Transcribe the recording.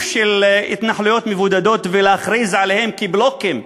של התנחלויות מבודדות והכרזה עליהן כבלוקים,